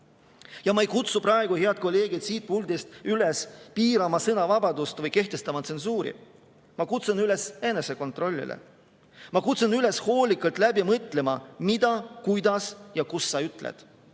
ei kutsu praegu, head kolleegid, siit puldist üles piirama sõnavabadust või kehtestama tsensuuri. Ma kutsun üles enesekontrollile. Ma kutsun üles hoolikalt läbi mõtlema, mida, kuidas ja kus sa ütled,